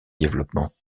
développement